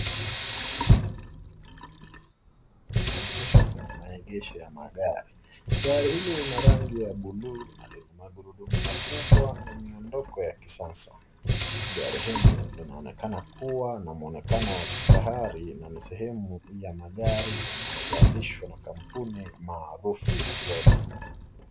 Yameegeshwa kwenye maegesho ya magari. Gari hili lina rangi ya buluu na lina magurudumu makubwa na miondoko ya kisasa Gari hili linaonekana kuwa na muonekano wa kifahari na ni sehemu ya magari yanayo zalishwa na kampuni maarufu ya Goni.